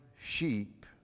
sheep